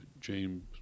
James